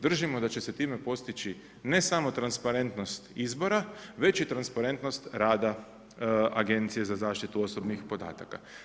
Držimo da će se time postići ne samo transparentnost izbora, već i transparentnost rada Agencije za zaštitu osobnih podataka.